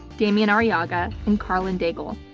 demian arriaga and karlyn daigle.